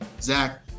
Zach